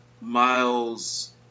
Miles